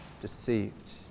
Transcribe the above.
deceived